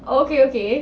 okay okay